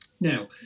Now